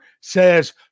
says